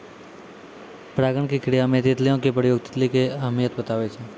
परागण के क्रिया मे तितलियो के प्रयोग तितली के अहमियत बताबै छै